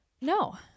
No